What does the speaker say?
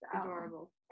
Adorable